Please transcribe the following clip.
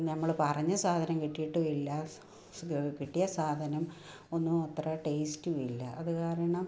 ഞങ്ങൾ പറഞ്ഞ സാധനം കിട്ടിട്ടും ഇല്ല കിട്ടിയ സാധനം ഒന്നും അത്ര ടേസ്റ്റും ഇല്ല അതുകാരണം